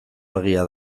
argia